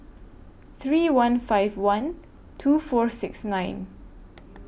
three one five one two four six nine